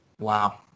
wow